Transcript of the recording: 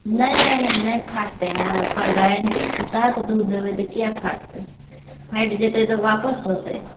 नहि नहि नहि नहि फाटतै नहि ओकर गारेंटीके साथ दूध देबै तऽ किआ फाटतै फाटि जेतै तऽ आपस होयतै